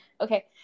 Okay